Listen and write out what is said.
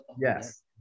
Yes